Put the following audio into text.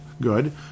good